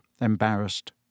embarrassed